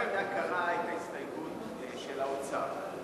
הסתייגות של האוצר.